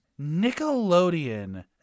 Nickelodeon